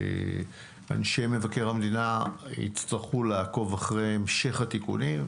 אנשי מבקר המדינה יצטרכו לעקוב אחרי המשך התיקונים,